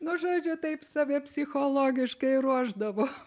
nu žodžiu taip save psichologiškai ruošdavau